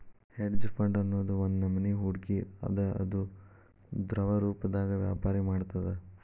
hedge fund ಅನ್ನೊದ್ ಒಂದ್ನಮನಿ ಹೂಡ್ಕಿ ಅದ ಅದು ದ್ರವರೂಪ್ದಾಗ ವ್ಯಾಪರ ಮಾಡ್ತದ